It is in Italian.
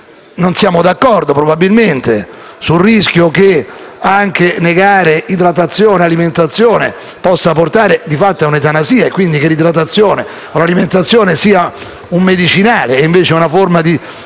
non siamo d'accordo, probabilmente e mi riferisco al fatto che negare idratazione e alimentazione possa portare di fatto a un'eutanasia e quindi che l'idratazione e l'alimentazione siano dei medicinali invece che una forma di